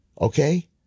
Okay